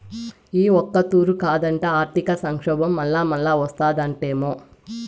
ఈ ఒక్కతూరే కాదట, ఆర్థిక సంక్షోబం మల్లామల్లా ఓస్తాదటమ్మో